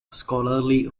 scholarly